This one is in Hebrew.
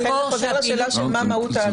לכן זה חוזר לשאלה של מה מהות ההליך.